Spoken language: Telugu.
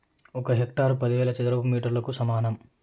ఒక హెక్టారు పదివేల చదరపు మీటర్లకు సమానం